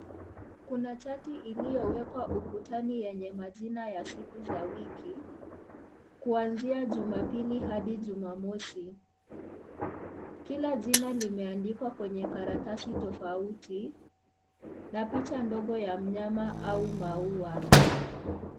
Kuna chati iliyowekwa ukutani yenye majina ya siku za wiki. Kuanzia Juma Pili hadi Juma Mosi. Kila jina limeandikwa kwenye karatasi tofauti na picha ndogo ya mnyama au maua.